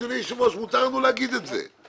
אדוני היושב-ראש, מותר לנו להגיד את זה: